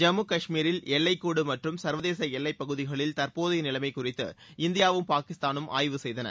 ஜம்மு காஷ்மீரில் எல்லைக்கோடு மற்றும் சர்வதேச எல்லைப் பகுதிகளில் தற்போதைய நிலைமம குறித்து இந்தியாவும் பாகிஸ்தானும் ஆய்வு செய்தன